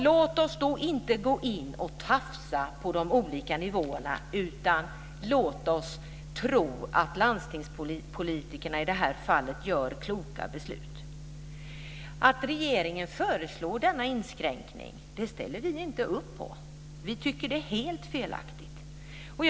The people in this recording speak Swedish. Låt oss då inte gå in och tafsa på de olika nivåerna, utan låt oss tro att landstingspolitikerna i detta fall fattar kloka beslut. Vi ställer inte upp på den inskränkning som regeringen föreslår. Vi tycker att det är helt felaktigt.